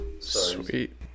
Sweet